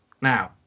Now